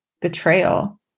betrayal